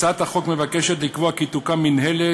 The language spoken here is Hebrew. הצעת החוק מבקשת לקבוע כי תוקם מינהלת